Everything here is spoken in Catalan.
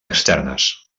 externes